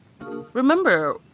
Remember